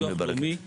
אבל משום מה